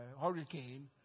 hurricane